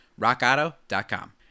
rockauto.com